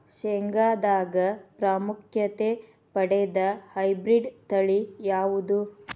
ಶೇಂಗಾದಾಗ ಪ್ರಾಮುಖ್ಯತೆ ಪಡೆದ ಹೈಬ್ರಿಡ್ ತಳಿ ಯಾವುದು?